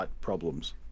problems